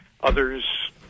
others